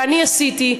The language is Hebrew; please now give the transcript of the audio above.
ואני עשיתי,